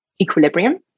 equilibrium